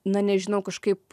na nežinau kažkaip